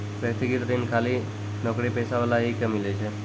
व्यक्तिगत ऋण खाली नौकरीपेशा वाला ही के मिलै छै?